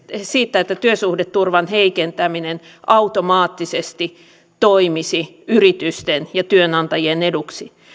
siitä että työsuhdeturvan heikentäminen automaattisesti toimisi yritysten ja työnantajien eduksi